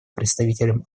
представителем